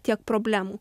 tiek problemų